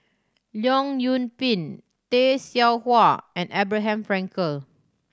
Leong Yoon Pin Tay Seow Huah and Abraham Frankel